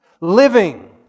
Living